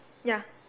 ya